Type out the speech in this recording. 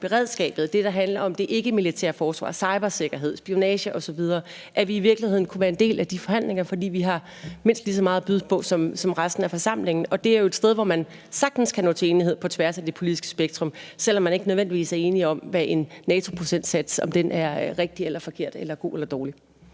beredskabet, og det, der handler om det ikkemilitære forsvar – cybersikkerhed, spionage osv. – i virkeligheden kunne være en del af de forhandlinger. For vi har mindst lige så meget at byde på som resten af forsamlingen, og det er jo et sted, hvor man sagtens kan nå til enighed på tværs af det politiske spektrum, selv om man ikke nødvendigvis er enige om, om en NATO-procentsats er rigtig eller forkert, god eller dårlig.